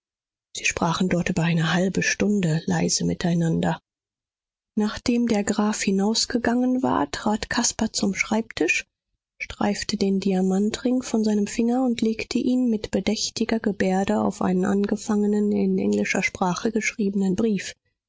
sie sprachen dort über eine halbe stunde leise miteinander nachdem der graf hinausgegangen war trat caspar zum schreibtisch streifte den diamantring von seinem finger und legte ihn mit bedächtiger gebärde auf einen angefangenen in englischer sprache geschriebenen brief